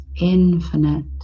infinite